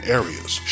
areas